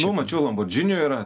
nu mačiau lamborghini yra